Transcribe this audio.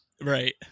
Right